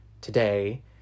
today